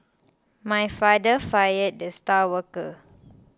my father fired the star worker